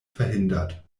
verhindert